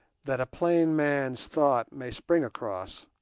that a plain man's thought may spring across.